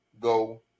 go